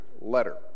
letter